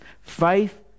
Faith